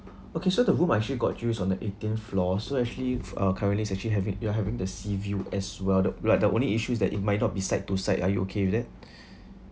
okay so the room I actually got you is on the eighteenth floor so actually uh currently is actually having you are having the seaview as well the we are but the only issues that it might not be side two side are you okay with that